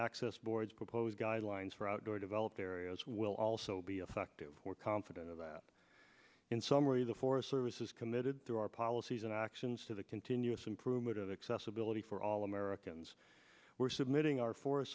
access board's proposed guidelines for outdoor developed areas will also be effective we're confident of that in summary the forest service is committed through our policies and actions to the continuous improvement of accessibility for all americans we're submitting our forest